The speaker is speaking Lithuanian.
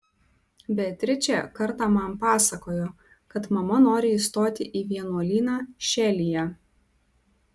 beatričė kartą man pasakojo kad mama nori įstoti į vienuolyną šelyje